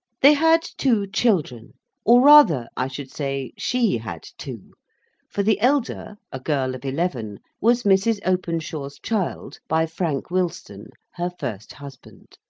they had two children or rather, i should say, she had two for the elder, a girl of eleven, was mrs. openshaw's child by frank wilson her first husband.